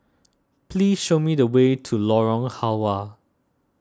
please show me the way to Lorong Halwa